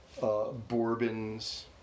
Bourbons